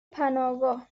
پناهگاه